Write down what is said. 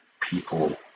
people